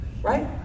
right